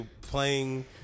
playing